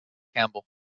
campbell